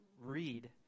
read